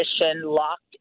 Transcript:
locked